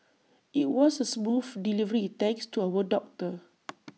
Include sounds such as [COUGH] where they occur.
IT was A smooth delivery thanks to our doctor [NOISE]